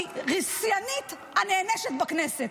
אני שיאנית הנענשות בכנסת.